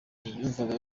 yumvaga